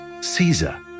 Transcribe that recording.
Caesar